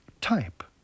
type